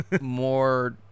more